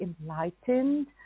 enlightened